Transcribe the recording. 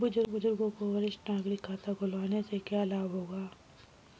बुजुर्गों को वरिष्ठ नागरिक खाता खुलवाने से क्या लाभ होगा?